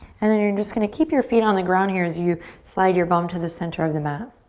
and then you're just going to keep your feet on the ground here as you slide your bum to the center of the mat.